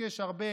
מקשקש הרבה.